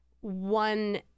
one